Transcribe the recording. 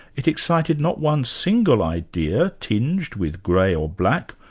it excited not one single idea tinged with grey or black,